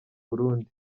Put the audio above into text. burundi